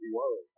whoa